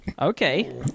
Okay